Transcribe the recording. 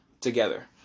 together